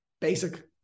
basic